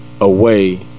away